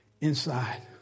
inside